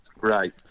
Right